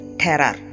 terror